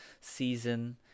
season